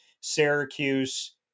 Syracuse